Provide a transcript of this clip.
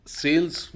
sales